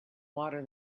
water